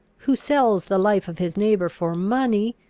who sells the life of his neighbour for money,